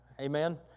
Amen